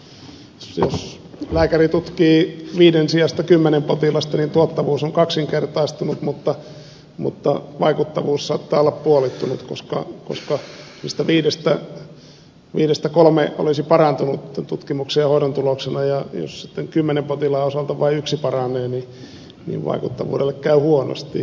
jos lääkäri tutkii viiden sijasta kymmenen potilasta niin tuottavuus on kaksinkertaistunut mutta vaikuttavuus saattaa olla puolittunut koska niistä viidestä kolme olisi parantunut tämän tutkimuksen ja hoidon tuloksena ja jos sitten kymmenestä potilaasta vain yksi paranee niin vaikuttavuudelle käy huonosti